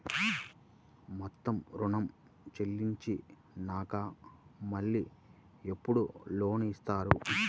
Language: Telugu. మొత్తం ఋణం చెల్లించినాక మళ్ళీ ఎప్పుడు లోన్ ఇస్తారు?